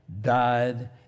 died